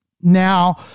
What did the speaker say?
Now